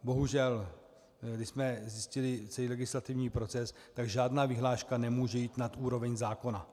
Bohužel když jsme zjistili celý legislativní proces, tak žádná vyhláška nemůže jít nad úroveň zákona.